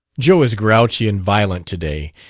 joe is grouchy and violent today.